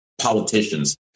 politicians